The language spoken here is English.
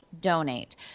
donate